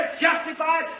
justified